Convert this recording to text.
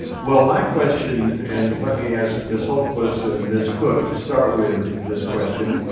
well, my question, and let me ask ms. hultquist and ms. cook to start with this question,